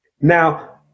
Now